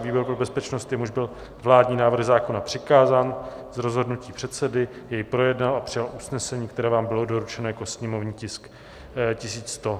Výbor pro bezpečnost, jemuž byl vládní návrh zákona přikázán z rozhodnutí předsedy, jej projednal a přijal usnesení, které vám bylo doručeno jako sněmovní tisk 1105.